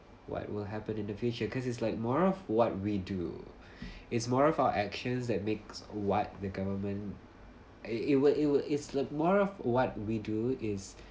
what will happen in the future cause it's like more of what we do it's more of our actions that makes what the government uh it will it will it's a more of what we do is